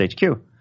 HQ